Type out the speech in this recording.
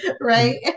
Right